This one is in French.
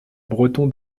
breton